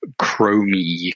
chromey